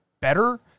better